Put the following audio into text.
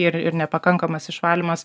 ir nepakankamas išvalymas